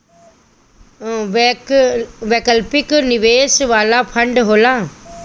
वैकल्पिक निवेश वाला फंड होला